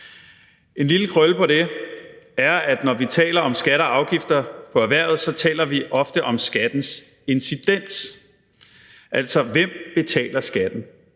En lille krølle på det er, at når vi taler om skatter og afgifter for erhvervet, så taler vi ofte om skattens incidens, altså hvem der betaler skatten.